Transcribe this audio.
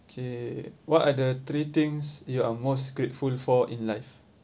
K what are the three things you are most grateful for in life